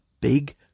big